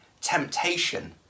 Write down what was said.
temptation